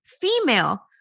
female